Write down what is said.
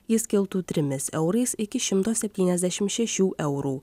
jis kiltų trimis eurais iki šimto septyniasdešim šešių eurų